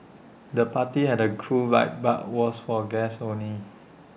the party had A cool vibe but was for guests only